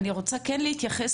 אני רוצה להתייחס